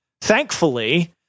thankfully